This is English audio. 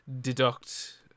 deduct